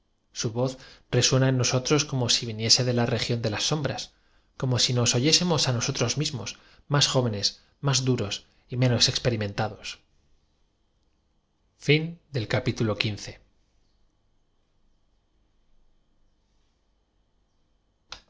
z re suena en nosotros como ai viniese de la región de las sombras como si nos oyésemos á nosotros miamos más jóvenes más duros y menos experimentados